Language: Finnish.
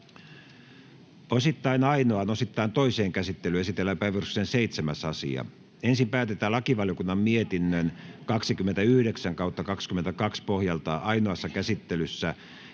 Osittain ainoaan, osittain toiseen käsittelyyn esitellään päiväjärjestyksen 7. asia. Ensin päätetään lakivaliokunnan mietinnön LaVM 29/2022 vp pohjalta ainoassa käsittelyssä